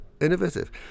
innovative